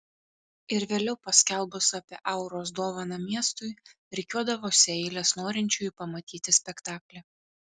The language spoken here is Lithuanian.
ir vėliau paskelbus apie auros dovaną miestui rikiuodavosi eilės norinčiųjų pamatyti spektaklį